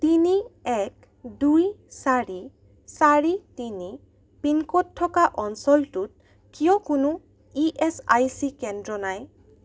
তিনি এক দুই চাৰি চাৰি তিনি পিনক'ড থকা অঞ্চলটোত কিয় কোনো ই এছ আই চি কেন্দ্র নাই